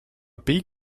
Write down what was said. pays